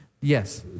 Yes